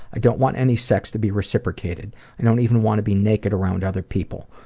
i don't want any sex to be reciprocated. i don't even want to be naked around other people.